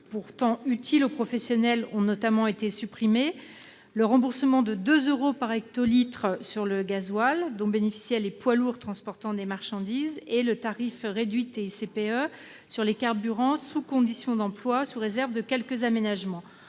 pourtant utiles aux professionnels, ont été supprimées : le remboursement de 2 euros par hectolitre sur le gazole, dont bénéficiaient les poids lourds transportant des marchandises, et le tarif réduit de TICPE sur les carburants, sous condition d'emploi et sous réserve de quelques aménagements.